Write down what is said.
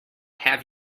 have